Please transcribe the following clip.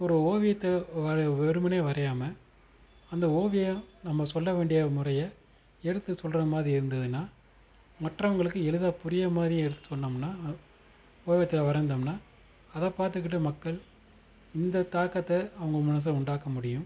ஒரு ஓவியத்தை வரைய வெறுமனே வரையாமல் அந்த ஓவியம் நம்ம சொல்ல வேண்டிய முறையை எடுத்து சொல்கிறா மாதிரி இருந்ததுன்னா மற்றவங்களுக்கும் எளிதாக புரிகிற மாதிரி எடுத்து சொன்னோம்னா ஓவியத்துல வரஞ்சோம்னா அதை பார்த்துக்கிட்டு மக்கள் இந்த தாக்கத்தை அவங்க மனதுல உண்டாக்க முடியும்